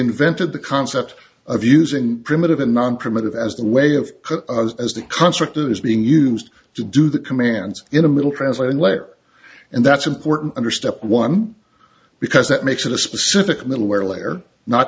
invented the concept of using primitive in non primitive as a way of as the construct it is being used to do the commands in a middle translation layer and that's important under step one because that makes it a specific middleware layer not